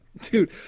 Dude